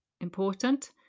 Important